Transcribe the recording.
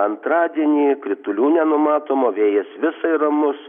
antradienį kritulių nenumatoma vėjas visai ramus